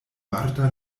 marta